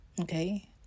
Okay